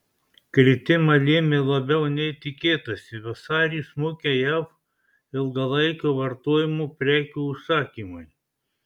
kritimą lėmė labiau nei tikėtasi vasarį smukę jav ilgalaikio vartojimo prekių užsakymai